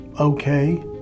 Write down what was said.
okay